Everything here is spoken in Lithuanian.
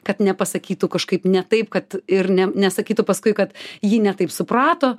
kad nepasakytų kažkaip ne taip kad ir ne nesakytų paskui kad ji ne taip suprato